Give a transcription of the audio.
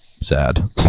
sad